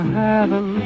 heaven